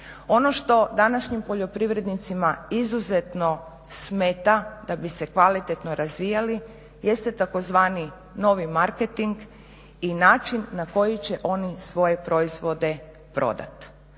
Ono što današnjim poljoprivrednicima izuzetno smeta da bi se kvalitetno razvijali jeste tzv. novi marketing i način na koji će oni svoje proizvode prodati.